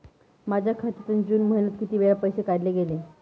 माझ्या खात्यातून जून महिन्यात किती वेळा पैसे काढले गेले?